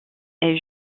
est